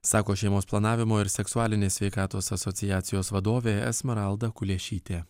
sako šeimos planavimo ir seksualinės sveikatos asociacijos vadovė esmeralda kuliešytė